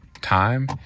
time